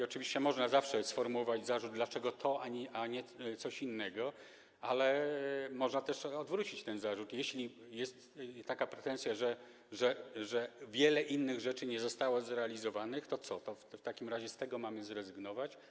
Oczywiście zawsze można sformułować zarzut, dlaczego to, a nie coś innego, ale można też odwrócić ten zarzut: Jeśli jest taka pretensja, że wiele innych rzeczy nie zostało zrealizowanych, to co, to w takim razie mamy z tego zrezygnować?